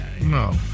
No